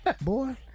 Boy